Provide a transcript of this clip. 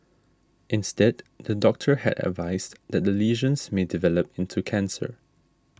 instead the doctor had advised that the lesions may develop into cancer